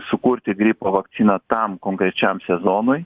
sukurti gripo vakciną tam konkrečiam sezonui